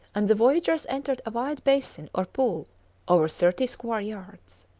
and the voyagers entered a wide basin or pool over thirty square yards.